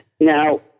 Now